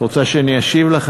את רוצה שאני אשיב לך?